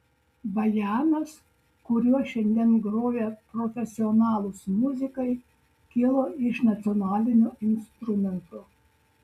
bajanas kuriuo šiandien groja profesionalūs muzikai kilo iš nacionalinio instrumento